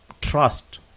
trust